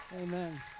Amen